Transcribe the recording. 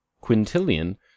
Quintilian